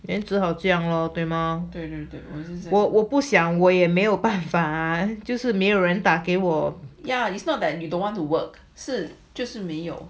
yeah it's not that you don't want to work 就是没有